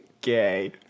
Gay